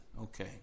Okay